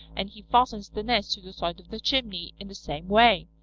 and he fastens the nest to the side of the chimney in the same way.